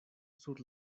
sur